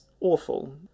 awful